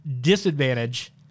disadvantage